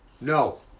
no